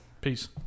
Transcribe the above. peace